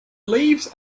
leaves